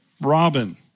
Robin